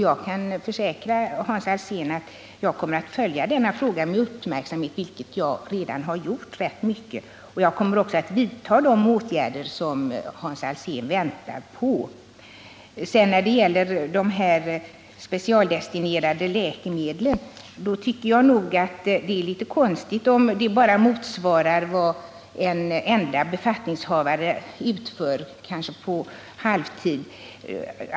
Jag kan försäkra Hans Alsén att jag kommer att följa denna fråga med uppmärksamhet, vilket jag i rätt hög grad också tidigare har gjort. Jag kommer också att vidta de åtgärder som Hans Alsén väntar på. Beträffande de specialdestinerade läkemedlen vill jag säga att jag tycker att det är litet konstigt om det bara motsvarar vad en enda be”attningshavare utför, kanske på halvtid.